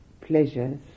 pleasures